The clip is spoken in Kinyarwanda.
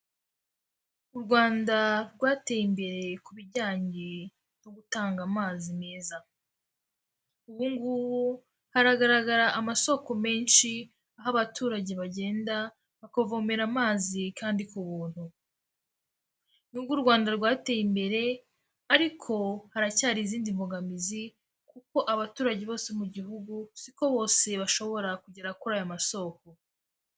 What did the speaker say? U Rwanda rwateye imbere ku bijyanye no gutanga amazi meza, ubu ngubu haragaragara amasoko menshi aho abaturage bagenda bakavomera amazi kandi ku buntu, n'ubwo u Rwanda rwateye imbere ariko haracyari izindi mbogamizi kuko abaturage bose mu gihugu si ko bose bashobora kugera kuri aya masoko.